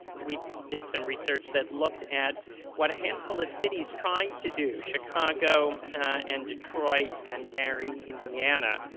we did some research that looked at what a handful of cities tried to do, chicago and detroit and gary, indiana.